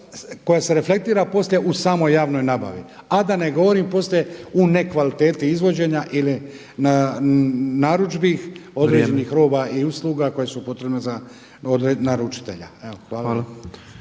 koje se reflektira poslije u samoj javnoj nabavi, a da ne govorim poslije u ne kvaliteti izvođenja ili narudžbi određenih roba i usluga koje su potrebne za naručitelja. Hvala.